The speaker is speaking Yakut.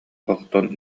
охтон